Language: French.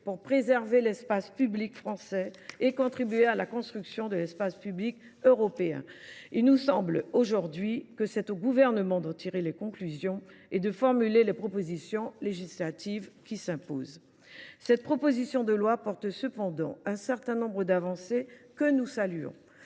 pour préserver l’espace public français et contribuer à la construction de l’espace public européen. Il nous semble aujourd’hui que c’est au Gouvernement d’en tirer les conclusions et de formuler les propositions législatives qui s’imposent. Cette proposition de loi comporte cependant un certain nombre d’avancées que nous saluons.